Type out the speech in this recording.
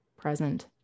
present